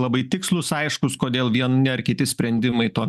labai tikslūs aiškūs kodėl vieni ar kiti sprendimai to